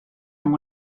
amb